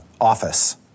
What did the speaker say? office